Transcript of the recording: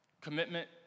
commitment